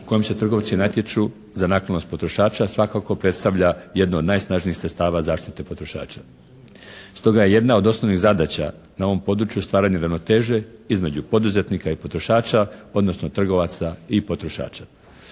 u kojem se trgovci natječu za naklonost potrošača svakako predstavlja jedno od najsnažnijih sredstava zaštite potrošača. Stoga je jedna od osnovnih zadaća na ovom području stvaranje ravnoteže između poduzetnika i potrošača, odnosno trgovaca i potrošača.